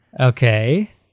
Okay